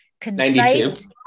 concise